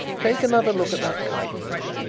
take another look at that kite, louis.